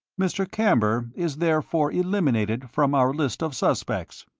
mr. camber is therefore eliminated from our list of suspects.